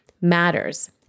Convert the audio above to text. matters